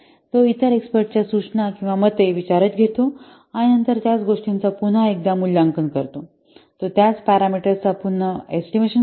तो इतर एक्स्पर्ट च्या सूचना किंवा मते विचारात घेतो आणि नंतर त्याच गोष्टींचा पुन्हा एकदा मूल्यांकन करतो तो त्याच पॅरामीटर्सचा पुन्हा एस्टिमेशन करतो